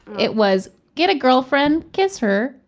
it was, get a girlfriend, kiss her,